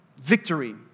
victory